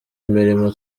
imirimo